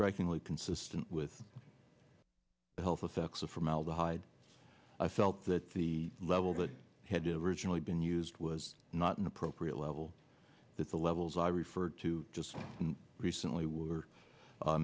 writing only consistent with the health effects of formaldehyde i felt that the level that had to virtually been used was not an appropriate level that the levels i referred to just recently were